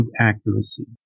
accuracy